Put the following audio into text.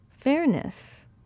Fairness